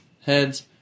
heads